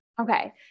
Okay